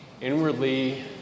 inwardly